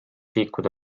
liikuda